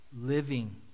living